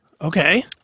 Okay